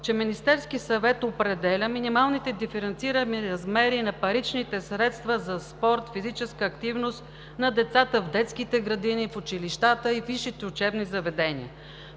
че Министерският съвет определя минималните диференцирани размери на паричните средства за спорт, физическа активност на децата в детските градини, в училищата и висшите учебни заведения.